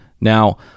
Now